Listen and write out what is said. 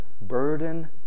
burden